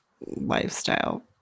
lifestyle